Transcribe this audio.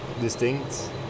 distinct